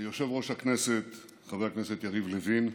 יושב-ראש הכנסת חבר הכנסת יריב לוין,